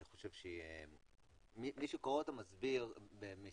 אני חושב שמי שקורא אותה מסתכל במילה